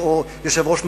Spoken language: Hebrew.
אדוני היושב-ראש,